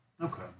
Okay